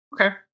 Okay